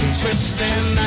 twisting